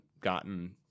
gotten